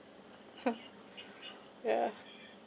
yeah